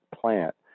plant